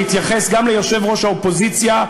להתייחס גם ליושב-ראש האופוזיציה,